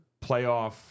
playoff